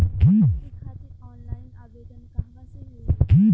बिजली खातिर ऑनलाइन आवेदन कहवा से होयी?